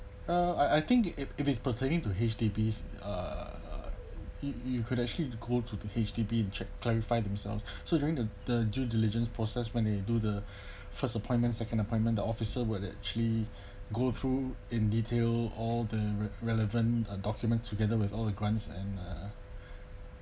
uh I I think if if it's pertaining to H_D_B uh you you could actually go to the H_D_B and checked clarify themselves so during the the due diligence process when they do the first appointment second appointment the officer would actually go through in detail all the re~ relevant uh document together with all the grants and uh